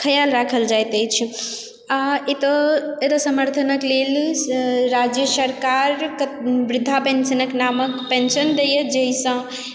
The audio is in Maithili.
ख्याल राखल जाइत अछि आ एतै एतै समर्थनक लेल राज्य सरकार वृद्धा पेन्शनक नामक पेन्शन दैया जाहिसँ